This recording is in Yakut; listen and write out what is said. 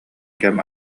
кэм